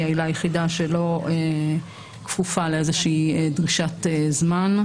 העילה היחידה שלא כפופה לאיזושהי דרישת זמן.